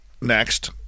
next